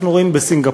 אנחנו רואים בסינגפור,